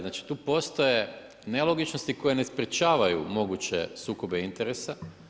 Znači tu postoje nelogičnosti koje ne sprječavaju moguće sukobe interesa.